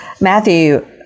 Matthew